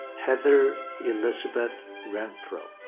heather elizabeth renfro.